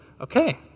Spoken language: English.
Okay